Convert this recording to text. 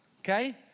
okay